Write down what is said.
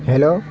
hello